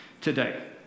today